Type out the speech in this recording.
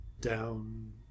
down